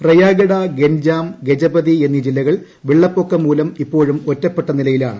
റയാഗഡ ഗൻജാം ഗജപതി എന്നീ ജില്ലകൾ വെള്ളപ്പൊക്കം മൂലം ഇപ്പോഴും ഒറ്റപ്പെട്ട നിലയിലാണ്